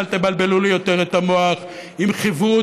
אל תבלבלו לי יותר את המוח עם חברות,